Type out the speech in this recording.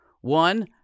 One